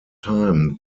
time